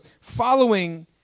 following